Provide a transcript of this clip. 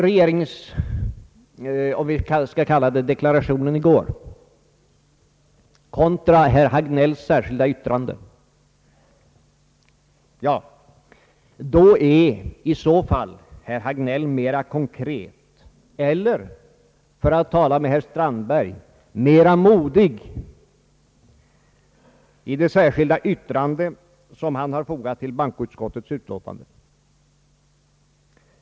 Om man ställer regeringsdeklarationen — om vi kallar den så — kontra herr Hagnells särskilda yttrande, finner man att herr Hagnell är mer konkret eller, för att tala med herr Strandberg, mer modig i det särskilda yttrande som han fogat till bankoutskottets utlåtande än regeringen är.